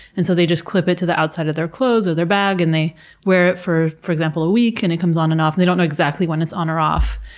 and so they just clip it to the outside of their clothes or their bag and they wear it for, for example, a week, and it comes on and off, and they don't know exactly when it's on or off.